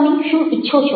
તમે શું ઈચ્છો છો